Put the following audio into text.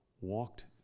walked